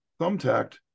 thumbtacked